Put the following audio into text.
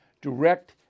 direct